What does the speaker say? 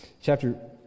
Chapter